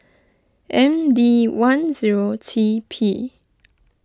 M D one zero T P